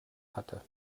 hatte